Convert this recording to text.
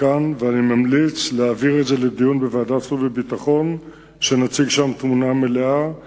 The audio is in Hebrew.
הנוכחי בוועדת החוץ והביטחון ב-3 ביולי 2007